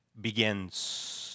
begins